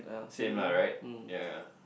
same la right ya